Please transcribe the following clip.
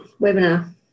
webinar